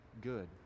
good